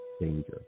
danger